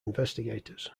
investigators